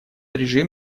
режим